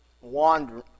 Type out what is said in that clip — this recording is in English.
wander